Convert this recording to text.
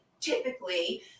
typically